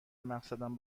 مقصدم